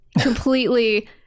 completely